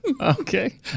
Okay